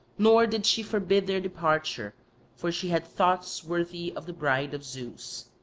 nor did she forbid their departure for she had thoughts worthy of the bride of zeus.